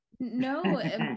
No